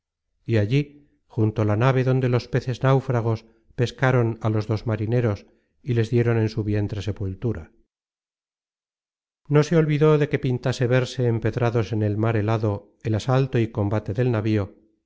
y allí junto la nave donde los peces náufragos pescaron a los dos marineros y les dieron en su vientre sepultura no se olvidó de que pintase verse empedrados en el mar helado el asalto y combate del navío